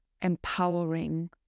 empowering